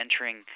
entering